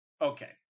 okay